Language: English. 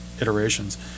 iterations